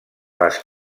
les